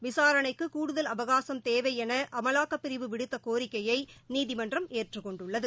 விசாரணைக்கு க்டுதல் அவகாசம் தேவைஎனஅமலாக்கப்பிரிவு விடுத்தகோரிக்கையைநீதிமன்றம் ஏற்றுக் கொண்டுள்ளது